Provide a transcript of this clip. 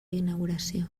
inauguració